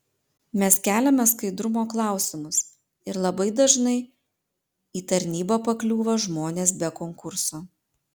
mes keliame skaidrumo klausimus ir labai dažnai į tarnybą pakliūvą žmonės be konkurso